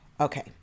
Okay